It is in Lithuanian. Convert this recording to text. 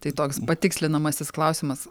tai toks patikslinamasis klausimas